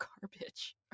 garbage